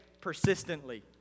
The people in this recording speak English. persistently